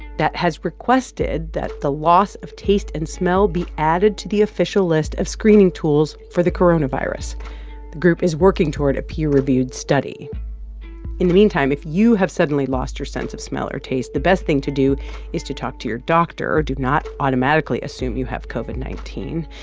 that has requested that the loss of taste and smell be added to the official list of screening tools for the coronavirus. the group is working toward a peer-reviewed study in the meantime, if you have suddenly lost your sense of smell or taste, the best thing to do is to talk to your doctor. do not automatically assume you have covid nineteen.